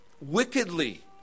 wickedly